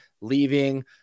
leaving